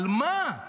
על מה?